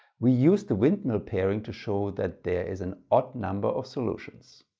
we use the windmill pairing to show that there is an odd number of solutions.